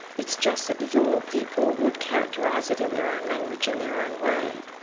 it's just that the yolngu people would characterise it in their own language and their own way.